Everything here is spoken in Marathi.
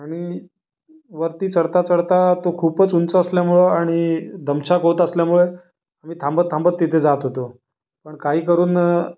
आणि वरती चढताचढता तो खूपच उंच असल्यामुळं आणि दमछाक होत असल्यामुळं मी थांबतथांबत तिथे जात होतो पण काही करून